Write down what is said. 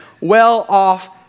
Well-off